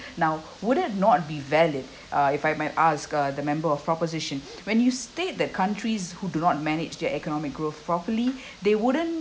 now would it not be valid uh if I might ask uh the member of proposition when you state the countries who do not manage their economic growth properly they wouldn't